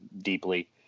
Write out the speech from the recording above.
deeply